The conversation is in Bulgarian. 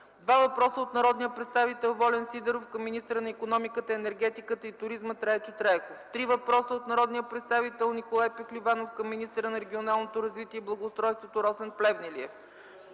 два въпроса от народния представител Волен Сидеров към министъра на икономиката, енергетиката и туризма Трайчо Трайков; - три въпроса от народния представител Николай Пехливанов към министъра на регионалното развитие и благоустройството Росен Плевнелиев;